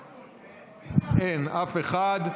אין, אף אחד.